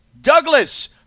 Douglas